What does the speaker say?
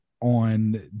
on